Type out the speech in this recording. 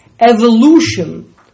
Evolution